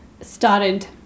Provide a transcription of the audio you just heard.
started